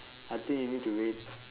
I think you need to wait